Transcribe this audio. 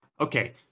okay